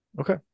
okay